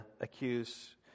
accuse